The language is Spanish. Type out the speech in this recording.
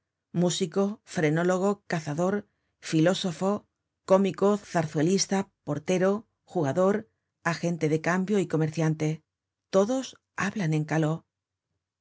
músico frenólogo cazador filósofo cómico zarzuelista portero jugador agente de cambio y comerciante todos hablan en caló el